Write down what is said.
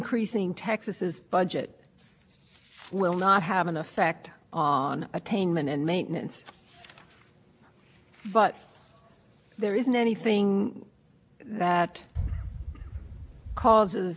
said was invited there to the supreme court was the concept of as applied challenges for over control no mention of ripple effects or anything like that and then you see it in the opinion so i'm concerned about and a